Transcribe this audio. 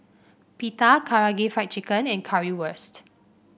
Pita Karaage Fried Chicken and Currywurst